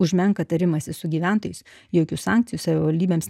už menką tarimąsi su gyventojais jokių sankcijų savivaldybėms